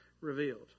revealed